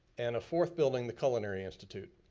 and a fourth building the culinary institute.